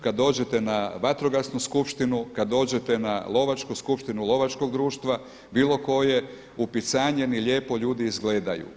Kad dođete na vatrogasnu skupštinu, kad dođete na lovačku skupštinu lovačkog društva, bilo koje, upicanjeni lijepo ljudi izgledaju.